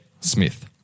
Smith